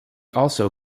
also